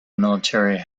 military